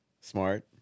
Smart